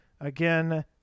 again